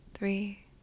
Three